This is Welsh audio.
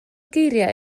geiriau